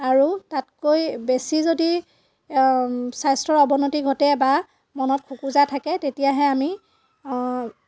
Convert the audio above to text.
আৰু তাতকৈ বেছি যদি স্বাস্থ্য়ৰ অৱনতি ঘটে বা মনত খোকোজা থাকে তেতিয়াহে আমি